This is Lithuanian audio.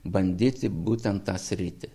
bandyti būtent tą sritį